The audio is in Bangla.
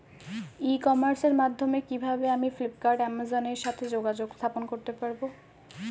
ই কমার্সের মাধ্যমে কিভাবে আমি ফ্লিপকার্ট অ্যামাজন এর সাথে যোগাযোগ স্থাপন করতে পারব?